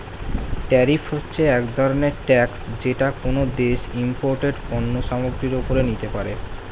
tariff হচ্ছে এক ধরনের ট্যাক্স যেটা কোনো দেশ ইমপোর্টেড পণ্য সামগ্রীর ওপরে নিতে পারে